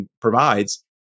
provides